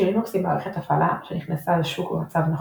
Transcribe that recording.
היא שלינוקס היא מערכת הפעלה שנכנסה לשוק במצב נחות,